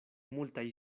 multaj